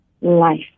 life